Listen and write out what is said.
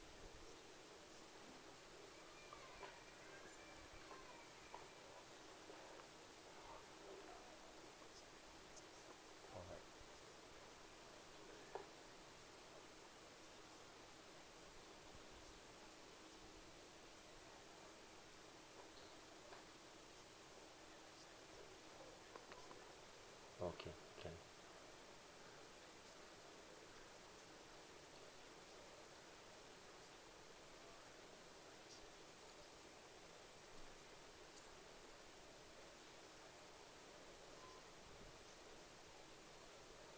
alright okay can